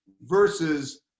versus